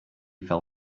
fell